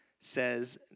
says